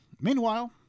meanwhile